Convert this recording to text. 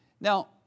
Now